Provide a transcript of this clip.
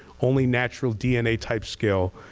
only natural dna type skill,